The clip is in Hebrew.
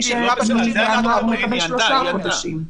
ומי שבינואר מקבל שלושה חודשים.